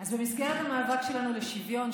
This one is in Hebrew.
אז במסגרת המאבק שלנו לשוויון,